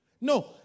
No